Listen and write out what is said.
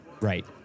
Right